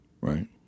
right